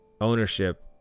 ownership